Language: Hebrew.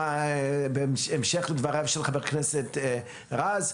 בהמשך לדבריו של חבר הכנסת רז,